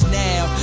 now